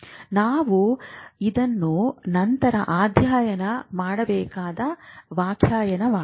ಅದು ನಾವು ನಂತರ ಅಧ್ಯಯನ ಮಾಡಬೇಕಾದ ವ್ಯಾಖ್ಯಾನವಾಗಿದೆ